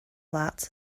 that